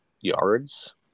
yards